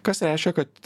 kas reiškia kad